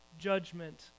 judgment